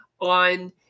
on